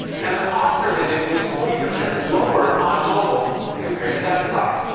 and the cost per visit was forty percent lower on mobile compared to desktop.